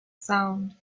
sound